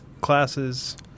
classes